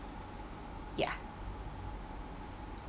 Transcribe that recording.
ya